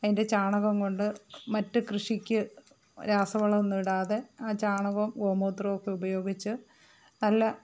അതിൻ്റെ ചാണകംകൊണ്ട് മറ്റു കൃഷിക്ക് രാസവളമൊന്നും ഇടാതെ ആ ചാണകവും ഗോമൂത്രവും ഒക്കെ ഉപയോഗിച്ച് നല്ല